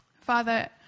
Father